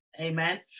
Amen